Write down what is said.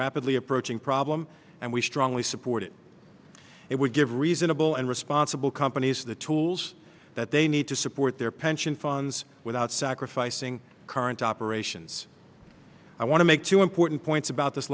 rapidly approaching problem and we strongly support it it would give reasonable and responsible companies the tools that they need to support their pension funds without sacrificing current operations i want to make two important points about this